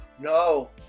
No